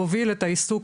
מוביל את העיסוק